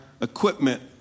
equipment